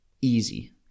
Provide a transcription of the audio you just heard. easy